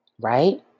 Right